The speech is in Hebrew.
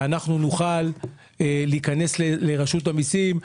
שאנחנו נוכל להיכנס לרשות המיסים,